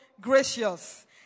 gracious